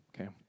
okay